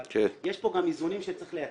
אבל יש פה גם איזונים שצריך לייצר.